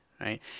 right